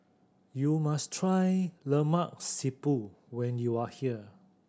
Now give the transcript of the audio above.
you must try Lemak Siput when you are here